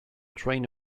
train